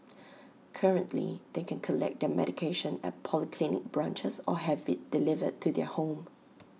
currently they can collect their medication at polyclinic branches or have IT delivered to their home